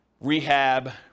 rehab